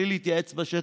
בלי להתייעץ בשטח,